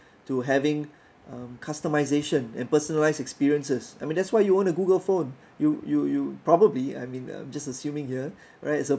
to having um customisation and personalised experiences I mean that's why you own a google phone you you you probably I mean um just assuming here right so